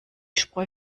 spreu